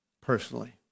personally